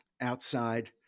outside